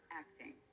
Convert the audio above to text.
acting